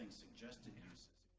suggested uses.